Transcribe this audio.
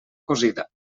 cosida